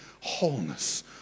wholeness